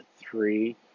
three